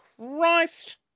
Christ